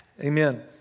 Amen